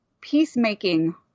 peacemaking